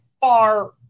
far